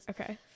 Okay